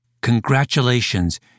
Congratulations